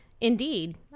Indeed